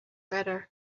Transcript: better